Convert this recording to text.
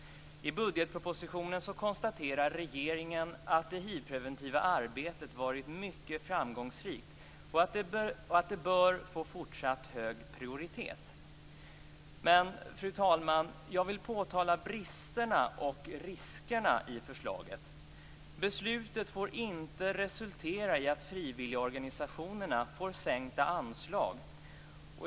I budgetpropositionen konstaterar regeringen att det hivpreventiva arbetet varit mycket framgångsrikt och att det bör få fortsatt hög prioritet. Men, fru talman, jag vill påtala bristerna och riskerna i förslaget. Beslutet får inte resultera i att frivilligorganisationerna får sänkta anslag.